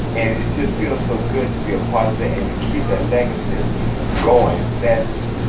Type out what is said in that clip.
and it just feels so good to be a part of that and to keep that legacy going that's